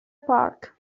park